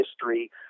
history